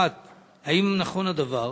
1. האם נכון הדבר?